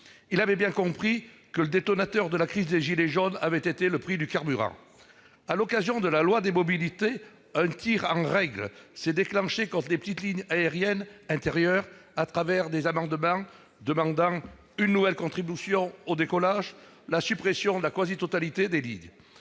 Il avait bien compris que le détonateur de la crise des « gilets jaunes » avait été le prix du carburant. À l'occasion de la loi Mobilités, un tir en règle s'est déclenché contre les petites lignes aériennes intérieures à travers des amendements visant à demander une nouvelle contribution au décollage et la suppression de la quasi-totalité des lignes.